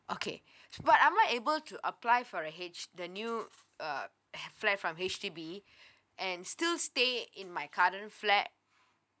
okay but am I able to apply for a H the new uh flat from H_D_B and still staying in my current flat